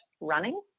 running